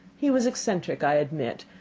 he was eccentric, i admit.